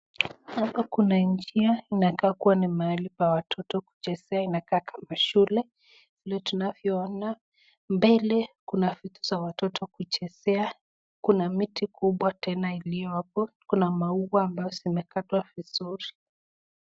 Hapa Kuna njia inaka kuwa ni mahali pa watoto kuchezea ,inakaa kama shule. Vile tunavyoona, mbele kuna vitu za watoto kuchezea, Kuna miti kubwa tena iliyo hapo, Kuna maua ambayo zimekatwa vizuri.